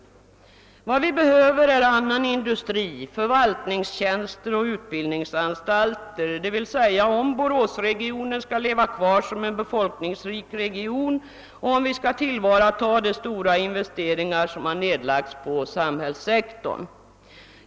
Vad vi behöver är annan industri, förvaltningstjänster och utbildningsanstalter, om Boråsregionen skall leva kvar som en befolkningsrik region och om vi skall tillvarata de stora investeringar som gjorts på samhällssektorn.